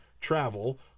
travel